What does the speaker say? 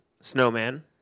snowman